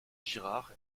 girard